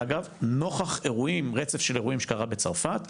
אגב, נוכח רצף של אירועים שקרה בצרפת,